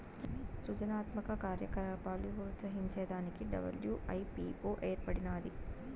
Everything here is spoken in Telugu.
సృజనాత్మక కార్యకలాపాలు ప్రోత్సహించే దానికి డబ్ల్యూ.ఐ.పీ.వో ఏర్పడినాది